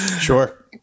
Sure